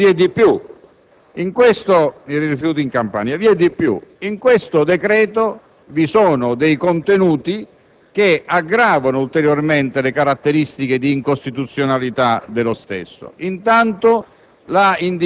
ad esaminare un decreto sulla cosiddetta emergenza rifiuti in Campania. Ma vi è di più. In questo decreto vi sono contenuti